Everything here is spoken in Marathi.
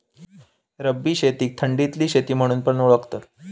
रब्बी शेतीक थंडीतली शेती म्हणून पण ओळखतत